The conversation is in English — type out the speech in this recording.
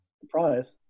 surprise